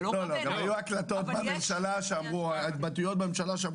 היו התבטאויות בממשלה.